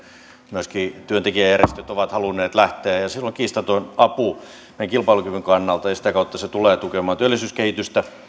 myöskin työntekijäjärjestöt ovat halunneet lähteä se on kiistaton apu tämän kilpailukyvyn kannalta ja sitä kautta se tulee tukemaan työllisyyskehitystä